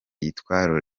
byitwa